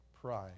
pride